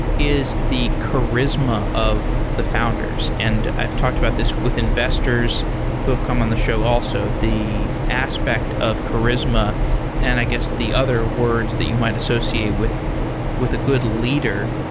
is the charisma of the founders. and i've talked about this with investors who have come on the show also, the aspect of charisma and i guess the other words that you might associate with with a good leader.